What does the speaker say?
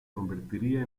convertiría